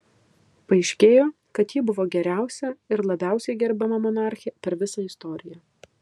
paaiškėjo kad ji buvo geriausia ir labiausiai gerbiama monarchė per visą istoriją